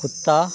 कुत्ता